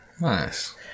Nice